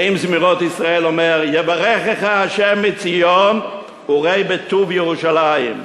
נעים זמירות ישראל אומר: "יברכך ה' מציון וראה בטוב ירושלם",